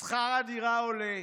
שכר הדירה עולה,